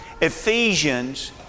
Ephesians